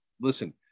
Listen